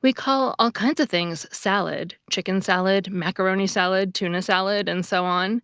we call all kinds of things salad chicken salad, macaroni salad, tuna salad, and so on